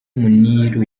muniru